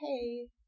hey